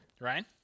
Ryan